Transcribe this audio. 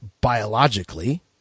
biologically